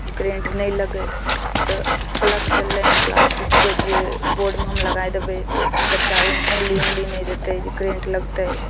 जे करेन्ट नहि लगय तऽ प्लग चललै हन प्लास्टिकके जे बोर्डमे हम लगाइ देबय तऽ बच्चा ओइमे उँगली उँगली नहि देतै जे करेन्ट लगतै